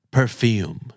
Perfume